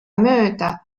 mööda